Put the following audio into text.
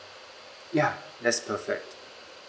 ya that's perfect